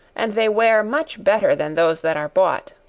and they wear much better than those that are bought.